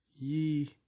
Ye